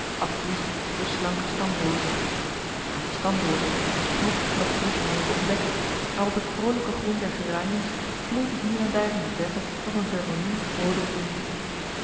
afgewisseld door slanke stamrozen aan de stamrozen was knop noch bloesem meer te ontdekken maar op het vroolijke groen der geraniums gloeide hier en daar in de verte nog een vermiljoen roode bloem